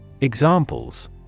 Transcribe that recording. Examples